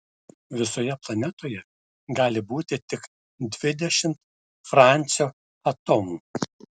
visoje planetoje gali būti tik dvidešimt francio atomų